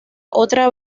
otra